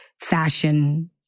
fashion